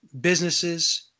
businesses